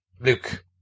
Luke